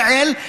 יעל,